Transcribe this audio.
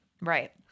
Right